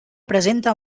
presenta